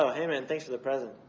so hey, man, thanks for the present.